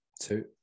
two